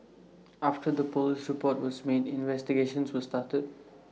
after the Police report was made investigations were started